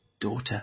daughter